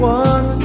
one